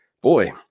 boy